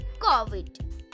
COVID